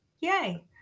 yay